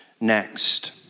next